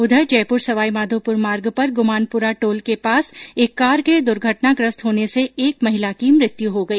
उधर जयपुर सवाईमाधोपुर मार्ग पर गुमानपुरा टोल के पास एक कार के दुर्घटनाग्रस्त होने से एक महिला की मुत्य हो गई